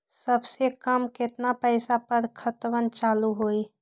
सबसे कम केतना पईसा पर खतवन चालु होई?